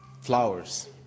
flowers